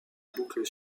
boucle